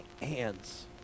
hands